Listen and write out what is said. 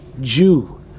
Jew